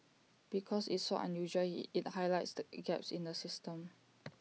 because it's so unusual IT highlights the in gaps in the system